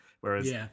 Whereas